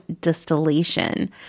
distillation